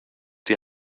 die